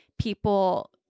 people